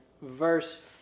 verse